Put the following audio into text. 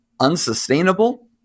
Unsustainable